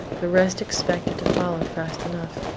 the rest expected to follow fast enough.